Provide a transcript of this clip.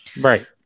Right